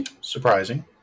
surprising